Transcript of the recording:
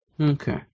Okay